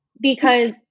because-